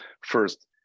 First